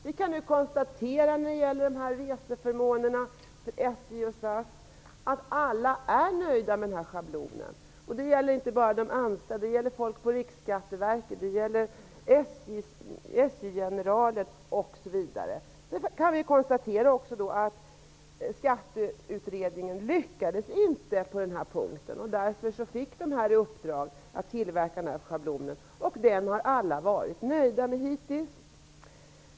Vi kan nu konstatera att alla är nöjda med schablonen för reseförmåner inom SJ och SAS. Det gäller inte bara de anställda, utan även folk på Vi kan också konstatera att Skatteutredningen inte lyckades på den här punkten. Därför fick Riksskatteverket i uppdrag att tillverka schablonen. Alla har hittills varit nöjda med den.